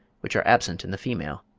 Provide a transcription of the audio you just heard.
which are absent in the female.